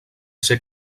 ser